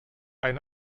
ein